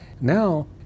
Now